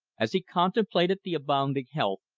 as he contemplated the abounding health,